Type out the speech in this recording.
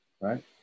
right